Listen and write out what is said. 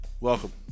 Welcome